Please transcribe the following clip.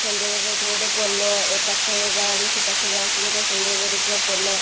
ସଂଯୋଗ କରୁଥିବା ଗୋଟିଏ ପୋଲ ଏ ପାଖର ଗାଁରୁ ସେ ପାଖ ଗାଁକୁ ଗୋଟିଏ ସଂଯୋଗ କରୁଥିବା ପୋଲ